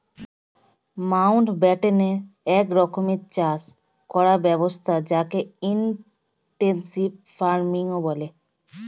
Mountbatten এক রকমের চাষ করার ব্যবস্থা যকে ইনটেনসিভ ফার্মিংও বলে